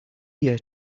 year